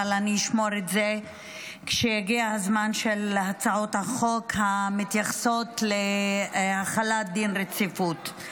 אבל אני אשמור את זה לזמן של הצעות החוק המתייחסות להחלת דין רציפות.